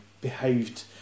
behaved